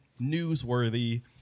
newsworthy